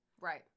Right